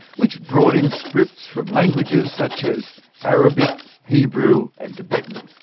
which brought in scripts from languages such as arabic, hebrew and tibetan.